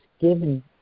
given